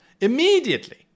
immediately